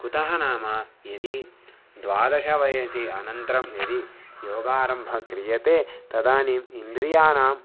कुतः नाम यदि द्वादशवयसि अनन्तरं यदि योगारम्भः क्रियते तदानीम् इन्द्रियाणां